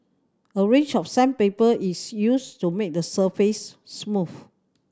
a range of sandpaper is used to make the surface smooth